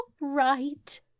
right